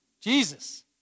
Jesus